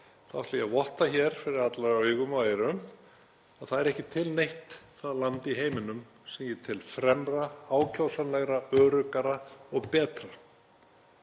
þá ætla ég að votta hér fyrir allra augum og eyrum að það er ekki til neitt það land í heiminum sem ég tel fremra, ákjósanlegra, öruggara og betra.